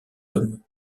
homme